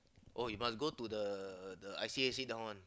oh you ust go the the I_C_A sit down [one]